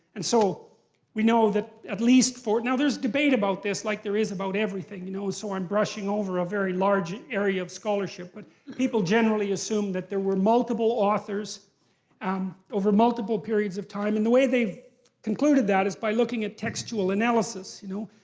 and so we know that at least for, now there's debate about this, like there is about everything, you know so i'm brushing over a very large area of scholarship, but people generally assume that there were multiple authors um over multiple periods of time, and the way they concluded that is by looking at textual analysis, you know?